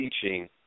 teaching